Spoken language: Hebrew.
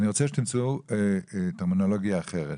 אני רוצה שתמצאו טרמינולוגיה אחרת,